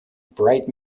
bright